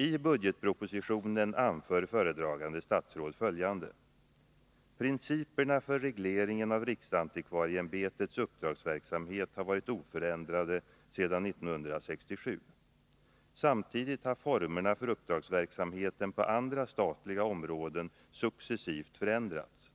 I budgetpropositionen anför föredragande statsråd följande: ”Principerna för regleringen av riksantikvarieämbetets —-—-- uppdragsverksamhet har varit oförändrade sedan 1967. Samtidigt har formerna för uppdragsverksamheten på andra statliga områden successivt förändrats.